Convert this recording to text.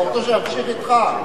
אתה רוצה שאמשיך אתך?